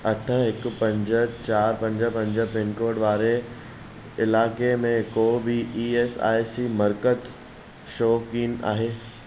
अठ हिकु पंज चारि पंज पंज पिनकोड वारे इलाइक़े में को बि ई एस आई सी मर्कज़ु छो कीन आहे